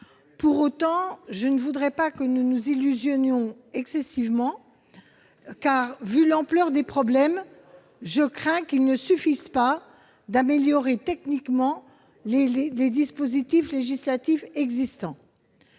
Pour autant, je ne voudrais pas que nous nous fassions d'illusions excessives, car, vu l'ampleur des problèmes, je crains qu'il ne suffise pas d'améliorer techniquement les dispositifs législatifs existant.